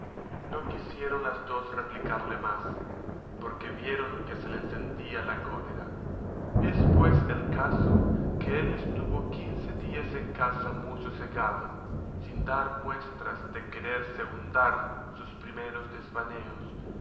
no quisieron las dos replicarle más porque vieron que se le encendía la cólera es pues el caso que él estuvo quince días en casa muy sosegado sin dar muestras de querer segundar sus primeros devaneos